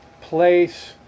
place